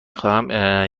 خواهم